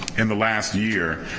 in the last year